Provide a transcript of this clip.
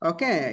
Okay